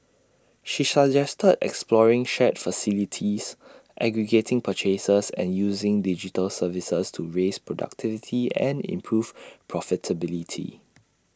she suggested exploring shared facilities aggregating purchases and using digital services to raise productivity and improve profitability